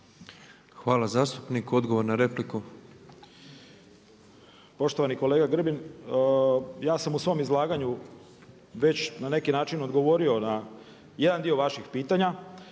Hvala zastupniku. Odgovor na repliku. **Šimić, Miroslav (MOST)** Poštovani kolega Grbin, ja sam u svom izlaganju već na neki način odgovorio na jedan dio vaših pitanja,